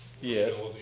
Yes